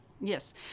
Yes